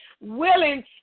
willing